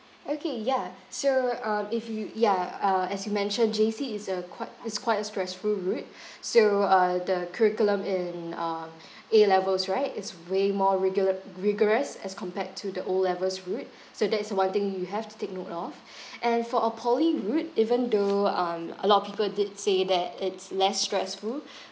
okay yeah so um if you ya uh as you mentioned J_C is a quite it's quite a stressful route so uh the curriculum in uh A levels right is way more rigolo~ rigorous as compared to the O levels route so that is one thing you have to take note of and for our poly route even though um a lot of people did say that it's less stressful